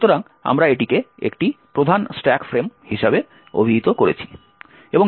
সুতরাং আমরা এটিকে একটি প্রধান স্ট্যাক ফ্রেম হিসাবে অভিহিত করেছি